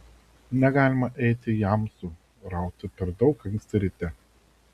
negalima eiti jamsų rauti per daug anksti ryte